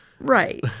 Right